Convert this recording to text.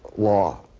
law.